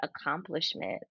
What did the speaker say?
accomplishment